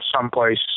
someplace